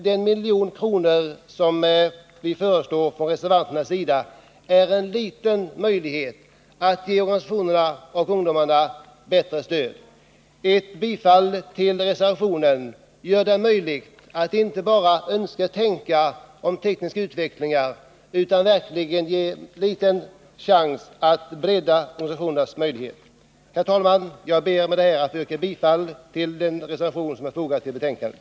Den extra miljon som reservanterna föreslår skulle emellertid innebära en liten möjlighet att ge organisationerna och ungdomarna ett bättre stöd. Ett bifall till reservationen gör det möjligt att inte bara önsketänka om teknisk utveckling utan verkligen något förbättra organisationernas situation. Herr talman! Jag ber att med detta få yrka bifall till den reservation som är fogad vid betänkandet.